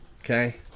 Okay